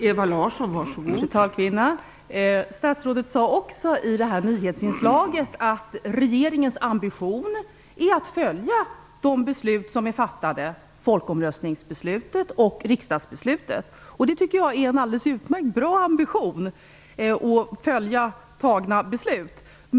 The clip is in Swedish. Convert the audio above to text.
Fru talkvinna! Statsrådet sade också i nämnda nyhetsinslag att regeringens ambition är att följa de beslut som är fattade - folkomröstningsbeslutet och riksdagsbeslutet. Jag tycker att det är en alldeles utmärkt ambition att följa fattade beslut.